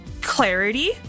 clarity